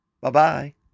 Bye-bye